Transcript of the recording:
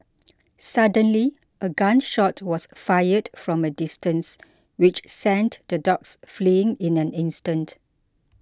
suddenly a gun shot was fired from a distance which sent the dogs fleeing in an instant